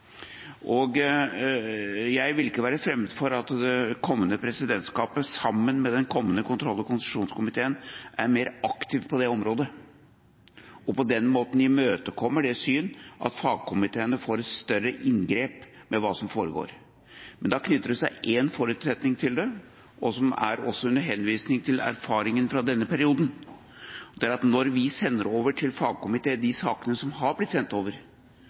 fagkomité. Jeg vil ikke være fremmed for at det kommende presidentskapet, sammen med den kommende kontroll- og konstitusjonskomiteen, er mer aktiv på det området, og på den måten imøtekommer det syn at fagkomiteene får et større inngrep med hva som foregår. Men da knytter det seg én forutsetning til det, og det er også under henvisning til erfaringen fra denne perioden, at når vi sender over til fagkomiteen de sakene som har blitt sendt over,